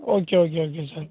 okay okay okay sir